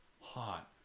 hot